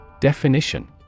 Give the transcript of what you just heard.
Definition